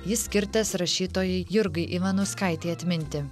jis skirtas rašytojai jurgai ivanauskaitei atminti